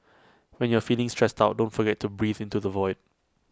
when you are feeling stressed out don't forget to breathe into the void